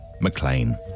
McLean